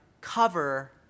cover